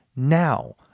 now